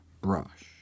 brush